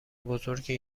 بزرگی